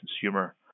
consumer